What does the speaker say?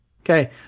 Okay